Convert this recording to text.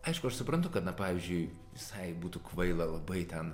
aišku aš suprantu kad na pavyzdžiui visai būtų kvaila labai ten